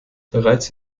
bereits